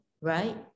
right